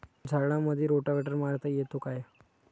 झाडामंदी रोटावेटर मारता येतो काय?